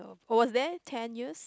I was there ten years